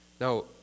Now